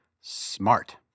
smart